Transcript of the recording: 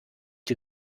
die